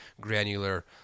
granular